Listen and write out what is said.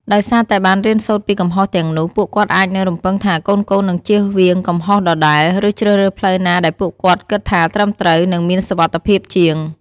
ដោយសារតែបានរៀនសូត្រពីកំហុសទាំងនោះ ពួកគាត់អាចនឹង រំពឹងថាកូនៗនឹងជៀសវាងកំហុសដដែល ឬជ្រើសរើសផ្លូវណាដែលពួកគាត់គិតថាត្រឹមត្រូវ និងមានសុវត្ថិភាពជាង។